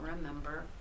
remember